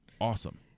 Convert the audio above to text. awesome